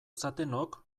zatenok